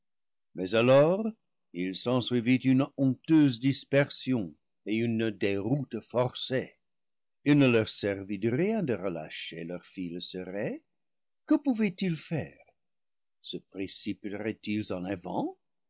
mais alors il s'ensuivit une honteuse dispersion et une déroute forcée il ne leur servit de rien de relâcher leurs files serrées que pou vaient ils faire se précipiteraient ils en avant